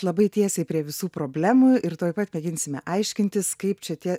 labai tiesiai prie visų problemų ir tuoj pat mėginsime aiškintis kaip čia tie